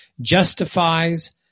justifies